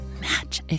match